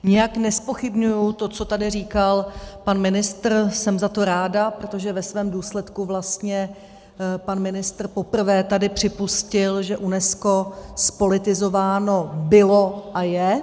Nijak nezpochybňuji to, co tady říkal pan ministr, jsem za to ráda, protože ve svém důsledku vlastně pan ministr poprvé tady připustil, že UNESCO zpolitizováno bylo a je.